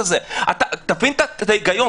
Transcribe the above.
תבין את ההיגיון.